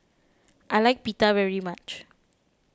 I like Pita very much